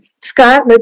Scott